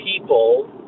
people